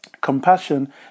Compassion